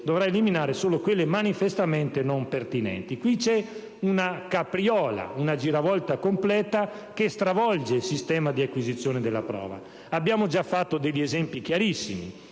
dovrà eliminare solo quelle «manifestamente non pertinenti». Qui c'è una giravolta completa che stravolge il sistema di acquisizione della prova. Abbiamo già fatto degli esempi chiarissimi;